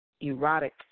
erotic